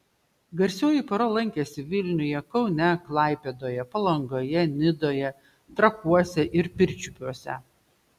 garsioji pora lankėsi vilniuje kaune klaipėdoje palangoje nidoje trakuose ir pirčiupiuose